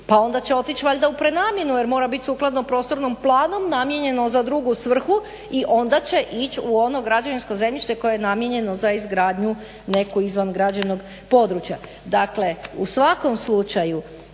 pa onda će otići valjda u prenamjenu jer mora biti sukladno prostornim planom namijenjeno za drugu svrhu i onda će ići u ono građevinsko zemljište koje je namijenjeno za izgradnju neku izvan građevnog područja. Dakle, u svakom slučaju